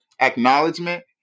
acknowledgement